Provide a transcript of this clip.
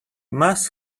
must